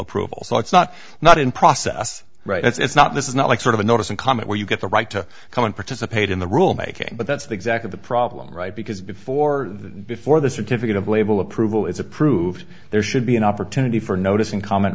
approval so it's not not in process right it's not this is not like sort of a notice and comment where you get the right to come and participate in the rulemaking but that's exactly the problem right because before the before the certificate of label approval is approved there should be an opportunity for notice and comment